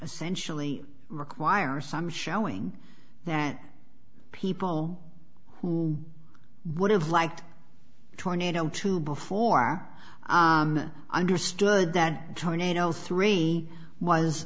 essentially require some showing that people who would have liked tornado to before understood that tornado three was